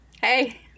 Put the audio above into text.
Hey